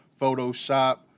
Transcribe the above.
Photoshop